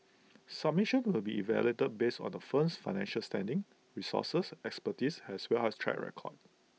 submissions will be evaluated based on the firm's financial standing resources expertise as well as track record